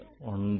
9